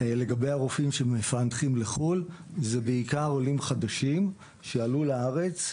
לגבי הרופאים שמפענחים לחו"ל: אלה בעיקר עולים חדשים שעלו לארץ,